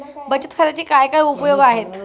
बचत खात्याचे काय काय उपयोग आहेत?